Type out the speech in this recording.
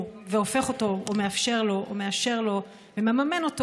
והופך אותו או מאפשר לו או מאשר לו ומממן אותו,